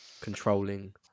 controlling